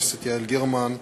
גרמן,